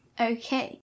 Okay